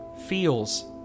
feels